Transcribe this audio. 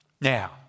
Now